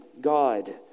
God